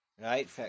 Right